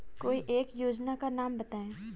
कोई एक योजना का नाम बताएँ?